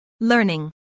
Learning